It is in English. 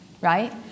right